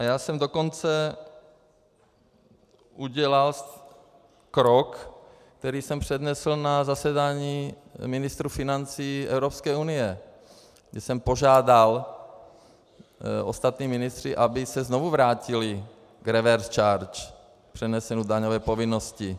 Já jsem dokonce udělal krok, který jsem přednesl na zasedání ministrů financí Evropské unie, když jsem požádal ostatní ministry, aby se znovu vrátili k reverse charge, přenesení daňové povinnosti.